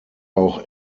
auch